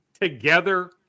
together